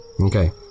Okay